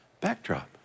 backdrop